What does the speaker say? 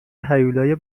هیولای